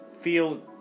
feel